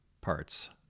Parts